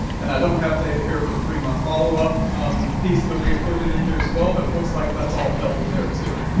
and i don't have data here for the three month follow-up piece that we included in here as well. but it looks like that's all held there too,